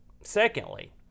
secondly